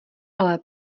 ale